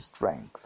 strength